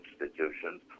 institutions